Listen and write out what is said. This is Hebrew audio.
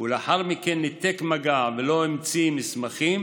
ולאחר מכן ניתק מגע ולא המציא מסמכים,